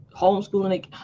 homeschooling